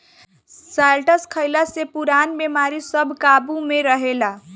शैलटस खइला से पुरान बेमारी सब काबु में रहेला